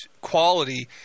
quality